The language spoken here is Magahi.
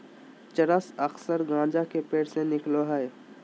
चरस अक्सर गाँजा के पेड़ से निकलो हइ